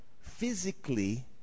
physically